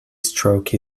stroke